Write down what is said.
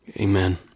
Amen